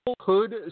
Hood